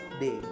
day